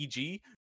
EG